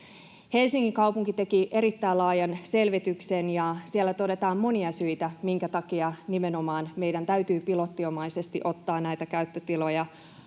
Helsingin kaupunki teki erittäin laajan selvityksen, ja siellä todetaan monia syitä, minkä takia nimenomaan meidän täytyy pilotinomaisesti ottaa näitä käyttötiloja,